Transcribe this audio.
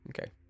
Okay